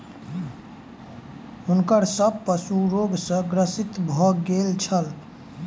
हुनकर सभ पशु रोग सॅ ग्रसित भ गेल छल